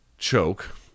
choke